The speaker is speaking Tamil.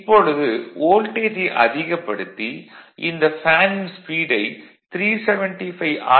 இப்பொழுது வோல்டேஜை அதிகப்படுத்தி இந்த ஃபேனின் ஸ்பீடை 375 ஆர்